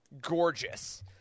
gorgeous